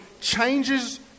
changes